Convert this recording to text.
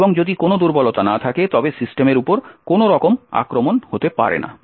এবং যদি কোনও দুর্বলতা না থাকে তবে সিস্টেমের উপর কোনও রকম আক্রমণ হতে পারে না